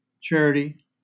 charity